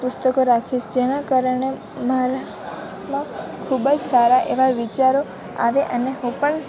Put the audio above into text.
પુસ્તકો રાખીશ જેના કારણે મારામાં ખૂબ જ સારા એવા વિચારો આવે અને હું પણ